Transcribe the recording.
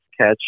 catch